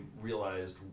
realized